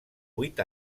vuit